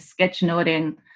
sketchnoting